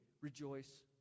rejoice